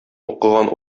укыган